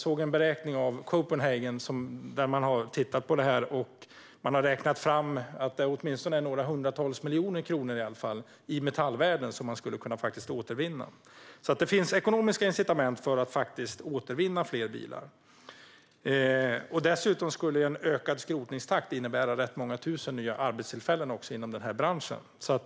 Enligt beräkningar från Copenhagen Institute är det fråga om några hundratals miljoner kronor i metallvärden som kan återvinnas. Det finns ekonomiska incitament för att återvinna fler bilar. En ökad skrotningstakt skulle innebära rätt många tusen nya arbetstillfällen i branschen.